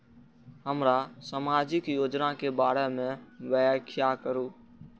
हमरा सामाजिक योजना के बारे में व्याख्या करु?